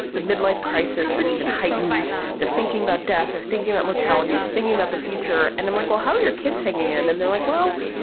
the midlife crisis is even heightened. they're thinking about death or thinking about mortality. they're thinking about the future. and i'm like, well, how are your kids taking it? and they're like, well,